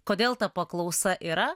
kodėl ta paklausa yra